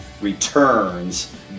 returns